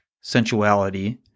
sensuality